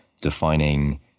defining